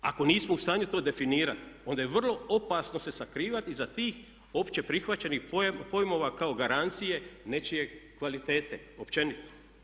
Ako nismo u stanju to definirati onda je vrlo opasno se sakrivati iza tih opće prihvaćenih pojmova kao garancije nečije kvalitete općenito.